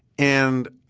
and